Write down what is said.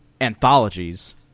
anthologies